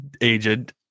agent